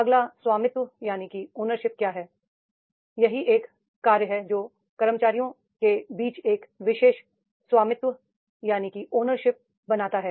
अगला स्वामित्व है यही वह कार्य है जो कर्मचारी के बीच एक विशेष स्वामित्व बनाता है